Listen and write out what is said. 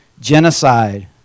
genocide